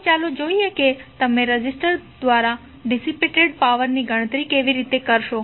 હવે ચાલો જોઈએ કે તમે રેઝિસ્ટર દ્વારા ડીસીપેટેડ પાવર ની ગણતરી કેવી રીતે કરશો